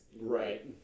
Right